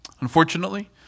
unfortunately